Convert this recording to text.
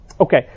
Okay